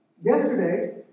Yesterday